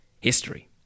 history